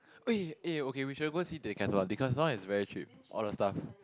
eh eh okay we should go see Decathlon Decathlon is very cheap all the stuff